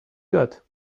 got